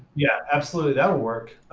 yeah, absolutely. that will work.